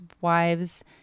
wives